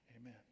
Amen